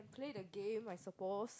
play the game I suppose